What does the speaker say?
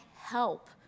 help